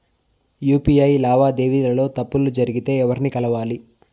UPI లావాదేవీల లో తప్పులు జరిగితే ఎవర్ని కలవాలి?